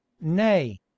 nay